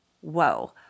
whoa